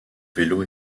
vélos